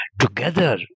together